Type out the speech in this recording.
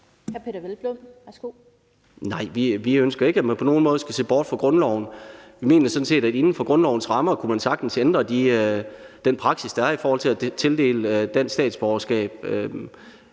Nej, vi ønsker ikke, at man på nogen måde skal se bort fra grundloven. Vi mener sådan set, at inden for grundlovens rammer kunne man sagtens ændre den praksis, der er i forhold til at tildele dansk statsborgerskab.